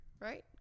Right